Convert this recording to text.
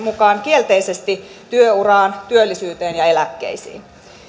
mukaan kielteisesti työuraan työllisyyteen ja eläkkeisiin